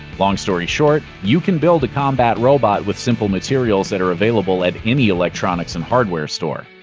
long story short you can build a combat robot with simple materials that are available at any electronics and hardware store.